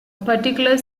particular